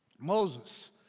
Moses